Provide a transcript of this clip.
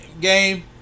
game